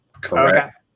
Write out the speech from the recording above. Correct